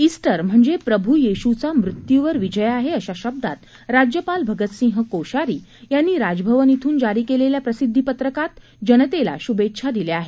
Easter म्हणजे प्रभू येशूचा मृत्यूवर विजय आहे अशा शब्दात राज्यपाल भगतसिंह होशियारी कोश्यारी यांनी राजभवन इथून जारी केलेल्या प्रसिद्दी पत्रात त्यांनी जनतेला शुभेच्छा दिल्या आहेत